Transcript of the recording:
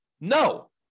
No